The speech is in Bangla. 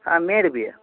হ্যাঁ মেয়ের বিয়ে